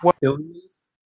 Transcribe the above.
billions